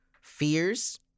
fears